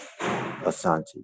asante